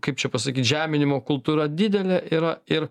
kaip čia pasakyt žeminimo kultūra didelė yra ir